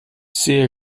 sehe